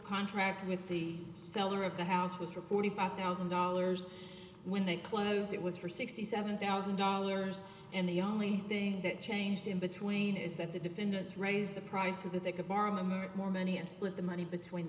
contract with the seller of the house was for forty five thousand dollars when they close it was for sixty seven thousand dollars and the only thing that changed in between is that the defendants raise the price of that they could borrow money more money and split the money between